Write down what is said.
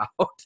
out